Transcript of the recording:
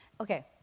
Okay